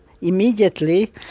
immediately